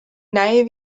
nije